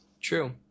True